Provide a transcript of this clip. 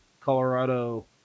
Colorado